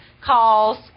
calls